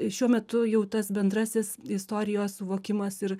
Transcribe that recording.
šiuo metu jau tas bendrasis istorijos suvokimas ir